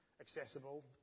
accessible